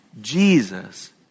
Jesus